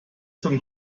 zum